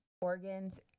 organs